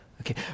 Okay